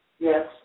Yes